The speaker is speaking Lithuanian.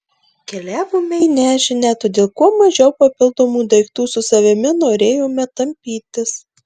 keliavome į nežinią todėl kuo mažiau papildomų daiktų su savimi norėjome tampytis